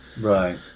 Right